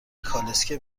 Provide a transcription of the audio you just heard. کالسکه